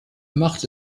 machte